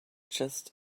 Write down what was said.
just